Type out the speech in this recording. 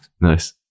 nice